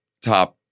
top